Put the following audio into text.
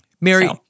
Mary